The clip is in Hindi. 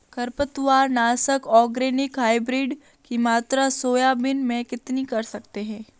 खरपतवार नाशक ऑर्गेनिक हाइब्रिड की मात्रा सोयाबीन में कितनी कर सकते हैं?